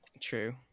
True